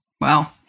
Wow